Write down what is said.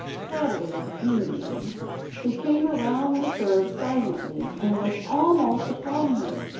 paddling indian he came around the curve silently and was almost upon her,